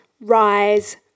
rise